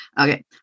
Okay